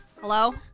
Hello